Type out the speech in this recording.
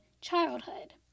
childhood